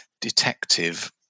detective